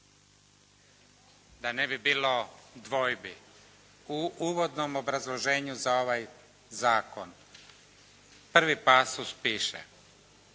Da ne bi bilo dvojbi, u uvodnom obrazloženju za ovaj zakon, prvi pasus piše: